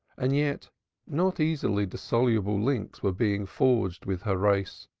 and yet not easily dissoluble links were being forged with her race,